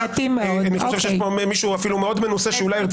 אני חושב שיש כאן אפילו מישהו מאוד מנוסה שאולי ירצה